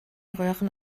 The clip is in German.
röhren